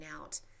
out